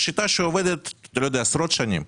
זו שיטה שעובדת עשרות שנים.